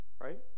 right